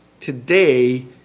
Today